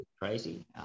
crazy